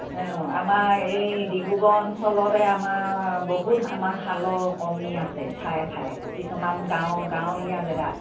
অঁ আমাৰ এই ডিব্ৰুগড় অঞ্চলতে আমাৰ বহুত আমাৰ শালৰ কমি আছে ঠায়ে ঠায়ে কিছুমান গাঁও গাঁৱলীয়া জেগাত